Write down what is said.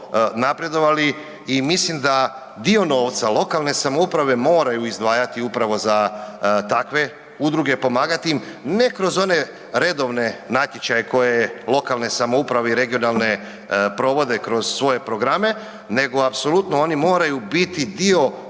napredovali i mislim da dio novca lokalne samouprave moraju izdvajaju upravo za takve udruge i pomagati im, ne kroz one redovne natječaje koje lokalne samouprave i regionalne provode kroz svoje programe, nego apsolutno oni moraju biti dio udruga